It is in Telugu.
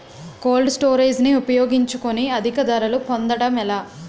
కోల్డ్ స్టోరేజ్ ని ఉపయోగించుకొని అధిక ధరలు పొందడం ఎలా?